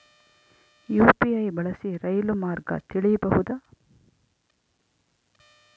UPI ಬಳಸಿ ರೈಲು ಮಾರ್ಗ ತಿಳೇಬೋದ?